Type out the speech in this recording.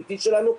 התדמיתי שלנו,